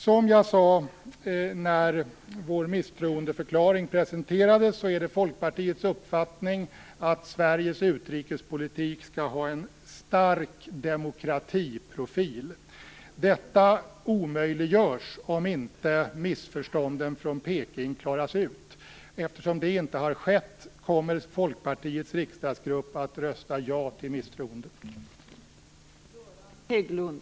Som jag sade när vår misstroendeförklaring presenterades är det Folkpartiets uppfattning att Sveriges utrikespolitik skall ha en stark demokratiprofil. Detta omöjliggörs om inte missförstånden från Peking klaras ut. Eftersom det inte har skett, kommer Folkpartiets riksdagsgrupp att rösta ja till misstroendet.